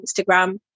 instagram